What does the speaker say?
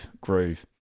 groove